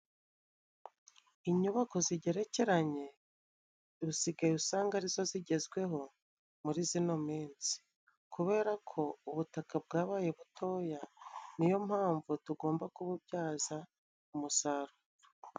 Inyubako zigerekeranye usigaye usanga arizo zigezweho muri zino minsi, kubera ko ubutaka bwabaye butoya niyo mpamvu tugomba kububyaza umusaruro.